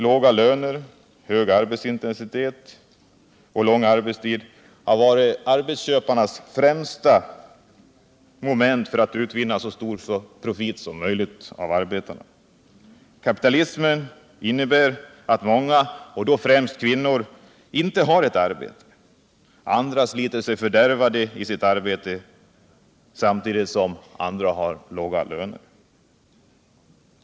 Låga löner, hög arbetsintensitet och en lång arbetstid har varit arbetsköparnas främsta instrument för att ur varje arbetare utvinna så stor profit som möjligt. Kapitalismen innebär att många — främst kvinnor — inte har ett arbete; andra sliter sig fördärvade i sitt arbete samtidigt som många av dessa har mycket låga löner.